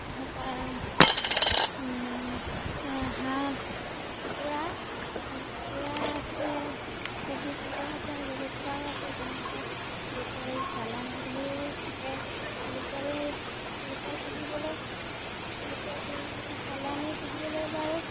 তাৰপৰা হাঁহ কুকুৰা কুকুৰা আছে কুকুৰা এতিয়া কেইবাপ্ৰকাৰৰ আছে তেনেকৈ লোকেল চালানী বুলিও থাকে লোকেল লোকেল পুহিবলৈ লোকেল পুহি চালানী পুহিবলৈ বাৰু